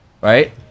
right